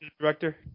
director